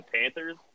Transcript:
Panthers